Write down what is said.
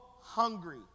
hungry